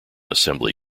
assembly